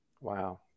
Wow